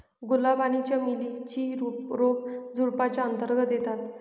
गुलाब आणि चमेली ची रोप झुडुपाच्या अंतर्गत येतात